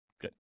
Good